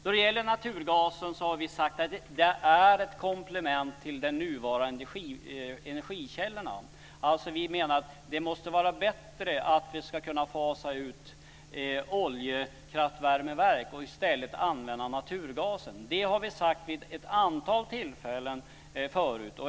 Vi har sagt att naturgasen är ett komplement till de nuvarande energikällorna. Vi menar alltså att det måste vara bättre att vi fasar ut oljekraftvärmeverk och i stället använder naturgasen. Det har vi sagt vid ett antal tillfällen förut.